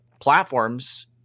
platforms